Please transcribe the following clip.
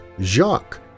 Jacques